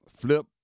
flip